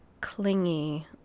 clingy